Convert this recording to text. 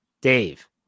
Dave